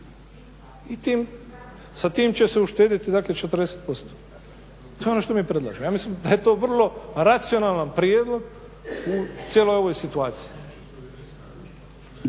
I sa tim će se uštedjeti dakle 40%. To je ono što mi predlažemo. Ja mislim da je to vrlo racionalan prijedlog u cijeloj ovoj situaciji.